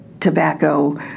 tobacco